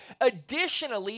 Additionally